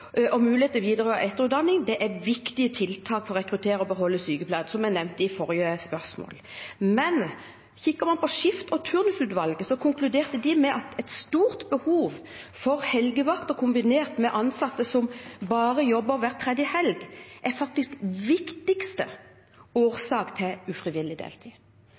og mulighet til videre- og etterutdanning er viktig for å rekruttere og beholde sykepleiere, som jeg nevnte i forrige svar. Kikker man på Skift/turnusutvalget, konkluderte de med at et stort behov for helgevakter kombinert med ansatte som jobber bare hver tredje helg, faktisk er den viktigste årsaken til ufrivillig deltid.